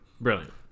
Brilliant